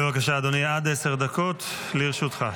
בבקשה, אדוני, עד עשר דקות לרשותך.